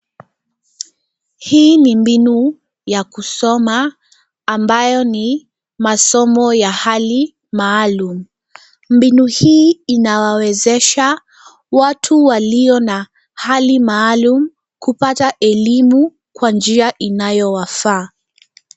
Hii ni mbinu ya kusoma, ambayo ni masomo ya hali maalumu. Mbinu hii inawawezesha watu walio na hali maalumu kupata elimu kwa njia inayo wafaa.